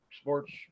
sports